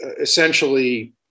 essentially